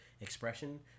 expression